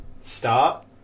start